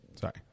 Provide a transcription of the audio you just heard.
Sorry